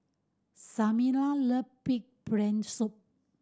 Samira love pig brain soup